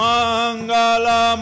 Mangala